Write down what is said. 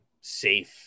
safe